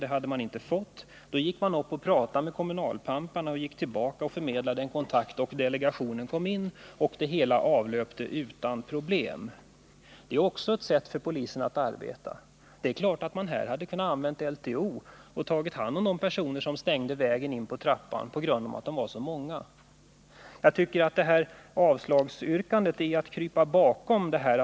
Då så inte var fallet gick poliserna upp och talade med kommunalpamparna. Sedan gick de tillbaka och förmedlade en kontakt. Delegationen släpptes in, och det hela avlöpte utan problem. Det är också ett sätt för polisen att arbeta. Det är klart att man här med stöd av LTO hade kunnat ta hand om de personer på trappan som på grund av att de var så många stängde vägen in till kommunalhuset. Jag tycker att utskottets yrkande om avslag är ett sätt att slingra sig undan från ansvar.